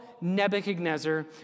Nebuchadnezzar